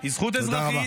היא זכות אזרחית,